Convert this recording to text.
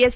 S